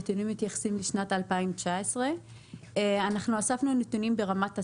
הנתונים מתייחסים לשנת 2019. אנחנו אספנו נתונים ברמת הסניף,